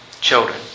Children